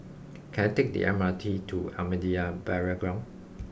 can I take the M R T to Ahmadiyya Burial Ground